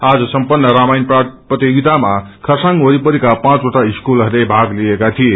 आज सम्पन्न रामायण पाट प्रतियोगिता खरसाङ वरिपरिका पाँचवटा स्कूलहरूले भाग लिएका थिए